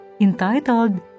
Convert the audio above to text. entitled